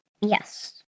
Yes